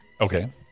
Okay